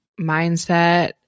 mindset